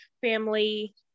family